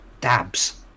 Dabs